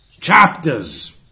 chapters